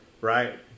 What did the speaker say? right